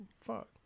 fuck